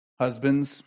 Husbands